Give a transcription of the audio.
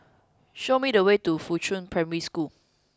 show me the way to Fuchun Primary School